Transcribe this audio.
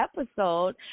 episode